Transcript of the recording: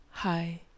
hi